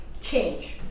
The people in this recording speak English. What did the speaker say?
change